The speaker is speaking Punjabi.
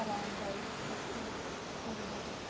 ਆਰਾਮਦਾਇਕ ਸਫ਼ਰ ਹੋਵੇ ਸਾਡਾ